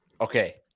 okay